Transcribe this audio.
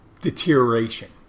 deterioration